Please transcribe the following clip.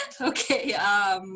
Okay